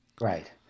Right